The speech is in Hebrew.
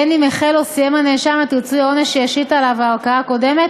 בין אם החל או סיים הנאשם את ריצוי העונש שהשיתה עליו הערכאה הקודמת